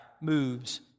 moves